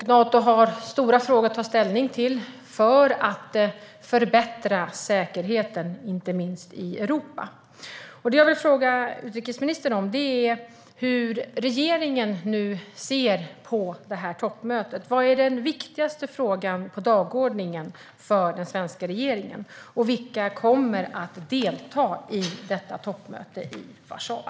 Nato har stora frågor att ta ställning till för att förbättra säkerheten inte minst i Europa. Jag vill fråga utrikesministern hur regeringen ser på toppmötet. Vad är den viktigaste frågan på dagordningen för den svenska regeringen? Vilka kommer att delta i detta toppmöte i Warszawa?